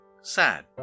sad